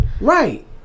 Right